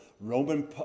Roman